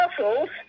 muscles